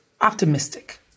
optimistic